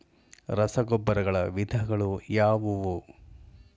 ರಸಗೊಬ್ಬರಗಳ ವಿಧಗಳು ಯಾವುವು?